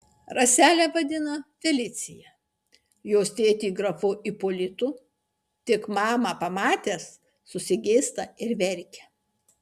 raselę vadina felicija jos tėtį grafu ipolitu tik mamą pamatęs susigėsta ir verkia